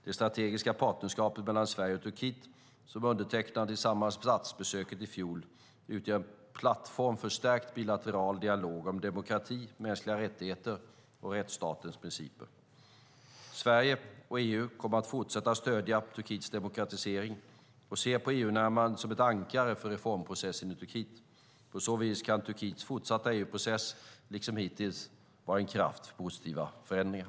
Det strategiska partnerskapet mellan Sverige och Turkiet, som undertecknades i samband med statsbesöket i fjol, utgör en plattform för stärkt bilateral dialog om demokrati, mänskliga rättigheter och rättsstatens principer. Sverige och EU kommer att fortsätta stödja Turkiets demokratisering och ser på EU-närmandet som ett ankare för reformprocessen i Turkiet. På så vis kan Turkiets fortsatta EU-process liksom hittills vara en kraft för positiva förändringar.